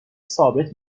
ثابت